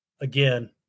again